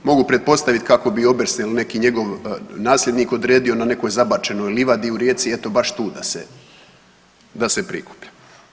Mogu pretpostavit kako bi Obersnel ili neki njegov nasljednik odredio na nekoj zabačenoj livadi u Rijeci eto baš tu da se, da se prikuplja.